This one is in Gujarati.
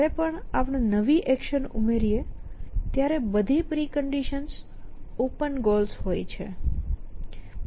જ્યારે પણ આપણે નવી એક્શન ઉમેરીએ ત્યારે બધી પ્રિકન્ડિશન્સ ઓપન ગોલ્સ હોય છે